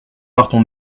partons